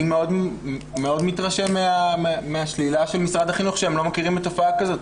אני מאוד מתרשם מהשלילה של משרד החינוך שהם לא מכירים תופעה כזאת,